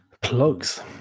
plugs